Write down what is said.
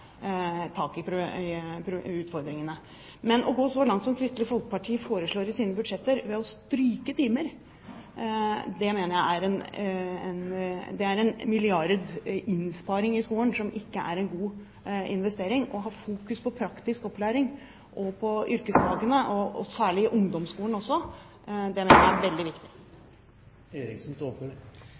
tak i utfordringene. Men å gå så langt som Kristelig Folkeparti foreslår i sine budsjetter, å stryke timer, er en milliardinnsparing i skolen som ikke er en god investering. Å ha fokus på praktisk opplæring og på yrkesfagene, særlig i ungdomsskolen, mener jeg er veldig viktig.